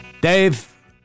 Dave